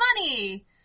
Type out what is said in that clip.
money